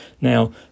Now